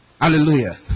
hallelujah